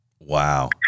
Wow